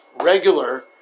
regular